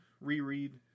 reread